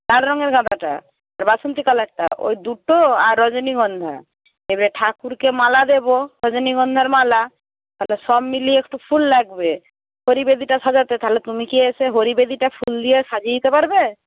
লাল রঙের গাঁদাটা আর বাসন্তী কালারটা ওই দুটো আর রজনীগন্ধা এবারে ঠাকুরকে মালা দেবো রজনীগন্ধার মালা তাহলে সব মিলিয়ে একটু ফুল লাগবে হরি বেদিটা সাজাতে তাহলে তুমি কি এসে হরি বেদিটা ফুল দিয়ে সাজিয়ে দিতে পারবে